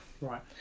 Right